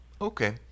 Okay